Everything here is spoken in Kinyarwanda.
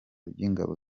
by’ingabo